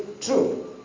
true